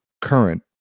current